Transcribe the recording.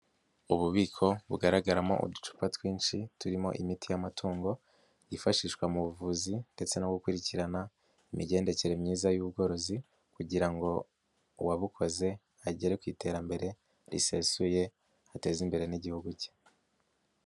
Ububiko bugaragaramo uducupa twinshi turimo imiti y'amatungo, yifashishwa mu buvuzi ndetse no gukurikirana imigendekere myiza y'ubu bworozi kugira ngo uwabukoze agere ku iterambere risesuye, ateze imbere n'igihugu cye.